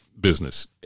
business